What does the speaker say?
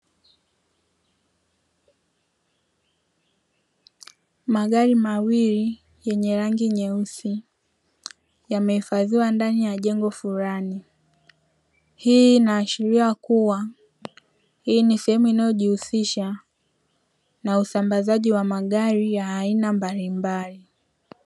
Magari mawili yenye rangi nyeusi yamehifadhiwa ndani ya jengo fulani. Hii inaashiria kuwa hii ni sehemu inayojihusisha na usambazaji wa magari ya aina mbalimbali.